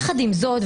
יחד עם זאת,